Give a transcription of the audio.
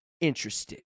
interested